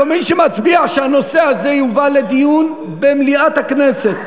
זאת אומרת מי שמצביע שהנושא הזה יובא לדיון במליאת הכנסת,